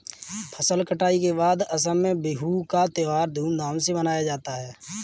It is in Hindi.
फसल कटाई के बाद असम में बिहू का त्योहार धूमधाम से मनाया जाता है